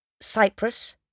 Cyprus